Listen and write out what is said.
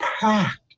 packed